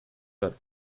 that